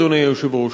אדוני היושב-ראש,